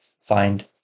find